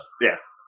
Yes